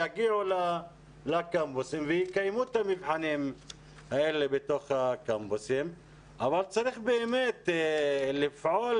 יגיעו לקמפוסים ויקיימו את המבחנים האלה בתוכם אבל באמת צריך לפעול